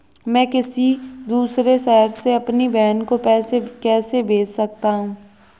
मैं किसी दूसरे शहर से अपनी बहन को पैसे कैसे भेज सकता हूँ?